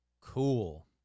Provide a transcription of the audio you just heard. cool